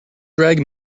drag